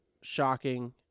shocking